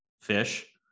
fish